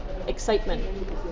Excitement